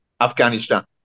Afghanistan